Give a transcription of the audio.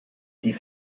die